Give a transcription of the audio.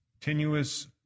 Tenuous